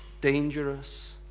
dangerous